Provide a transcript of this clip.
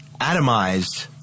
atomized